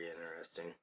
interesting